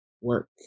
work